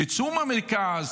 תצאו מהמרכז,